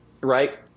right